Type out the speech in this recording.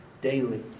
daily